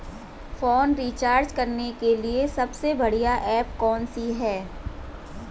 Phone recharge करने के लिए सबसे बढ़िया ऐप कौन सी है?